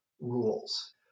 rules